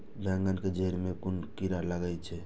बेंगन के जेड़ में कुन कीरा लागे छै?